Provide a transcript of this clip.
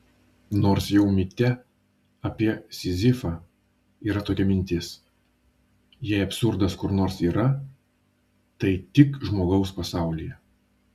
nors jau mite apie sizifą yra tokia mintis jei absurdas kur nors yra tai tik žmogaus pasaulyje